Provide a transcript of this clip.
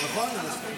נכון, אני מסכים.